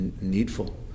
needful